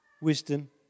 wisdom